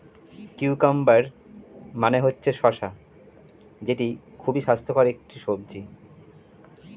cucumber মানে হচ্ছে শসা যেটা খুবই স্বাস্থ্যকর একটি সবজি